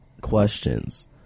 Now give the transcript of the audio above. questions